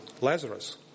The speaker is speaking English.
Lazarus